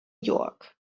york